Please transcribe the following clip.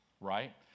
right